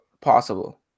possible